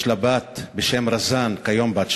יש לה בת בשם רזאן, כיום בת 17,